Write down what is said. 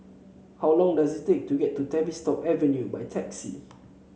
how long does it take to get to Tavistock Avenue by taxi